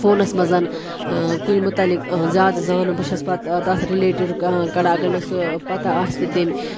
فونَس منٛز کُنہِ مُتعلِق زیادٕ زانان بہٕ چھَس پَتہٕ تَتھ رِلیٹِڈ کَڈان اگر مےٚ سُہ پَتہٕ آسہِ نہٕ تٔمۍ